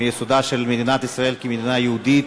מיסודה של מדינת ישראל כמדינה יהודית,